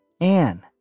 Anne